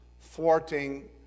thwarting